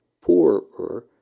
poorer